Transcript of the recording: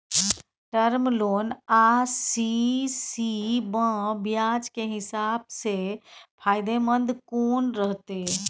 Term loan आ CC म ब्याज के हिसाब से फायदेमंद कोन रहते?